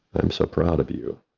i'm so proud of you.